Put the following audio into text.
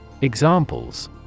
Examples